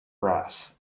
brass